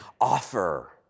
offer